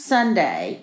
Sunday